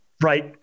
Right